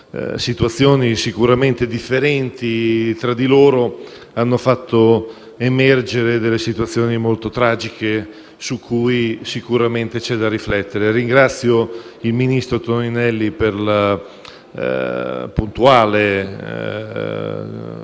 situazioni, sicuramente differenti tra di loro, hanno fatto emergere condizioni molto tragiche su cui sicuramente occorre riflettere. Ringrazio il ministro Toninelli per la puntuale